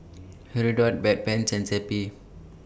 Hirudoid Bedpans and Zappy